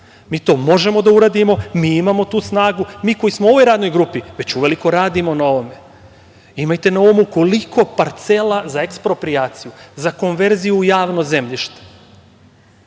Mi to možemo da uradimo, mi imamo tu snagu. Mi koji smo u ovoj Radnog grupi, već uveliko radimo na ovome. Imajte na umu koliko parcela za eksproprijaciju, za konverziju javnog zemljišta